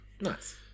Nice